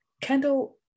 Kendall